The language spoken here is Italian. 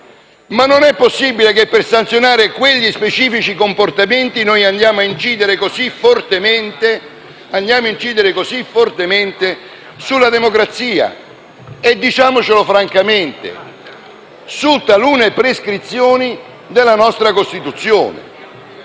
Ma è possibile che per sanzionare quegli specifici comportamenti andiamo a incidere così fortemente sulla democrazia e - diciamocelo francamente - su talune prescrizioni della nostra Costituzione?